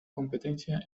competencia